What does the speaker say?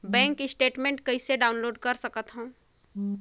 Bank statement कइसे download कर सकथव?